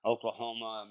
Oklahoma